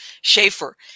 Schaefer